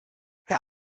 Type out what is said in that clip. wer